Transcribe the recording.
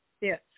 Yes